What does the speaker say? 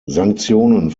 sanktionen